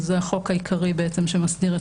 הפסד"פ זה החוק העיקרי בעצם שמסדיר את